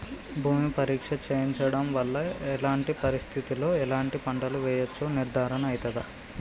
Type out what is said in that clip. భూమి పరీక్ష చేయించడం వల్ల ఎలాంటి పరిస్థితిలో ఎలాంటి పంటలు వేయచ్చో నిర్ధారణ అయితదా?